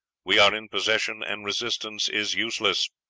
we are in possession, and resistance is useless